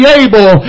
able